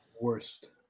worst